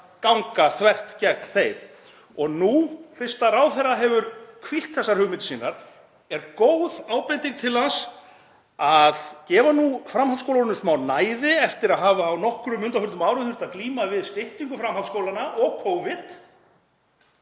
ganga þvert gegn þeim. Og nú, fyrst ráðherra hefur hvílt þessar hugmyndir sínar, er góð ábending til hans að gefa framhaldsskólunum smá næði eftir að hafa á nokkrum undanförnum árum þurft að glíma við styttingu framhaldsskólanna og Covid